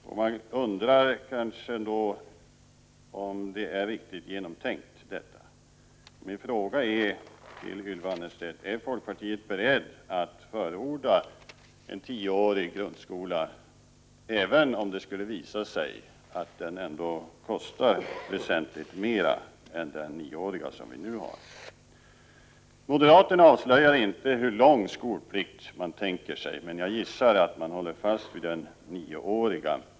Jag undrar om det är riktigt genomtänkt, och jag vill fråga Ylva Annerstedt: Är folkpartiet berett att förorda en tioårig grundskola även om det skulle visa sig att den ändå kostar väsentligt mera än den nioåriga, 133 som vi nu har? Moderaterna avslöjar inte hur lång skolplikt man tänker sig, men jag gissar att man håller fast vid den nioåriga.